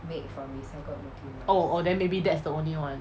oh oh maybe that's the only one